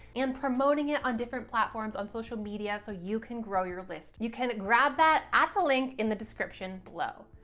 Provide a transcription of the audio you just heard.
and promoting it on different platforms on social media so you can grow your list. you can grab that at the link in the description below.